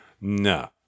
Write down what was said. No